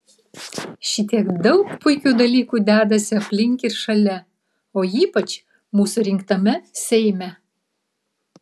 šitiek daug puikių dalykų dedasi aplink ir šalia o ypač mūsų rinktame seime